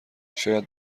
شاید